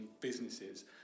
businesses